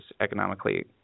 economically